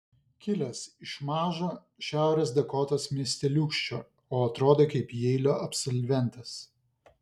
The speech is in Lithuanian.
kilęs iš mažo šiaurės dakotos miesteliūkščio o atrodai kaip jeilio absolventas